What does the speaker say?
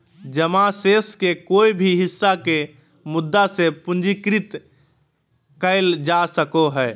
जमा शेष के कोय भी हिस्सा के मुद्दा से पूंजीकृत कइल जा सको हइ